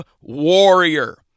warrior